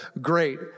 Great